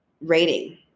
rating